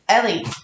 Ellie